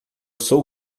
sou